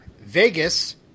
Vegas